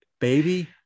Baby